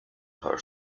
her